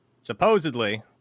supposedly